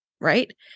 right